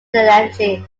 energy